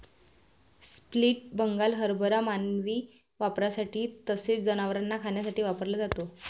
split Bengal हरभरा मानवी वापरासाठी तसेच जनावरांना खाण्यासाठी वापरला जातो